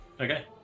Okay